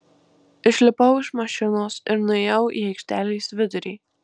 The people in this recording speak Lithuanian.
išlipau iš mašinos ir nuėjau į aikštelės vidurį